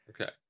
Okay